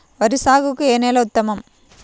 వరి సాగుకు ఏ నేల ఉత్తమం?